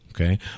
Okay